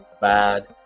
bad